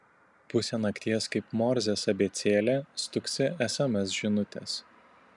pusę nakties kaip morzės abėcėlė stuksi sms žinutės